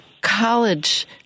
college